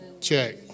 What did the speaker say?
check